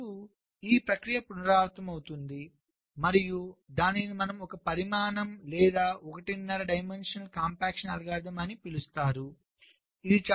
అప్పుడు ఈప్రక్రియ పునరావృతమవుతుంది మరియు దానిని మనం ఒక పరిమాణం లేదా ఒకటిన్నర డైమెన్షనల్ కాంపాక్షన్ అల్గోరిథం అని పిలుస్తాము